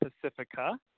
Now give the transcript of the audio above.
Pacifica